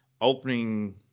opening